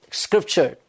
scripture